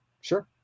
Sure